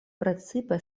precipe